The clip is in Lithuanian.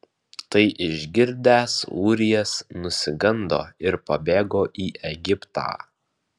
tai išgirdęs ūrijas nusigando ir pabėgo į egiptą